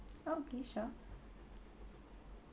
okay sure